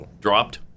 Dropped